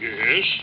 Yes